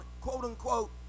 quote-unquote